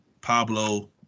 Pablo